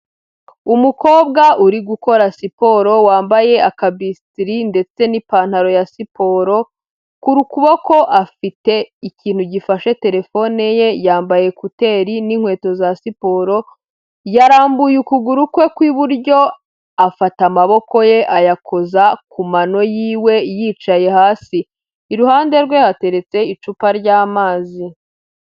Umukobwa uri gukora siporo, wambaye akabisitiri ndetse n'ipantaro ya siporo, ku kuboko afite ikintu gifashe terefone ye, yambaye kuteri n'inkweto za siporo, yarambuye ukuguru kwe kw'iburyo, afata amaboko ye ayakoza ku mano y'iwe, yicaye hasi, iruhande rwe hateretse icupa ry'amazi.